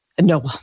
no